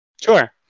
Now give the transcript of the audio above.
Sure